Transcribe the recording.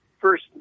First